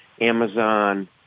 Amazon